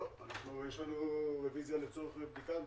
לא, יש לנו רוויזיה לצורך בדיקה.